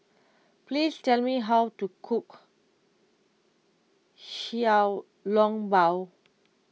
please tell me how to cook Xiao Long Bao